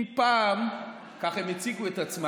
אם פעם, ככה הם הציגו את עצמם,